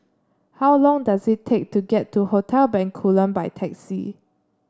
how long does it take to get to Hotel Bencoolen by taxi